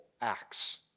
acts